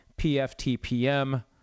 PFTPM